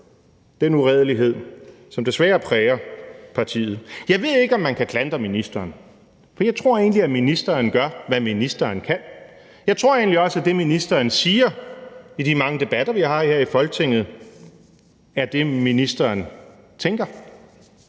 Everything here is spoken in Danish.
den uredelighed, som desværre præger partiet. Jeg ved ikke, om man kan klandre ministeren, for jeg tror egentlig, at ministeren gør, hvad ministeren kan, og jeg tror også, at det, ministeren siger i de mange debatter, som vi har her i Folketinget, er det, ministeren tænker.